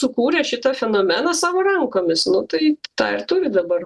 sukūrė šitą fenomeną savo rankomis nu tai tą ir turi dabar